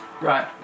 right